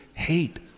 Hate